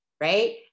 right